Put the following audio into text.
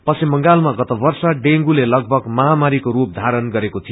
पश्चिम बंगालमा गत वर्ष डेंगूले लागीम महामारीको रूप धारण गरेको थियो